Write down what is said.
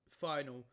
final